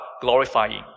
glorifying